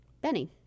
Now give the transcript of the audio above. Benny